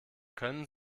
können